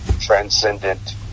Transcendent